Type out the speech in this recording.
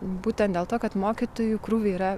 būtent dėl to kad mokytojų krūviai yra